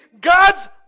God's